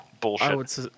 bullshit